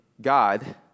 God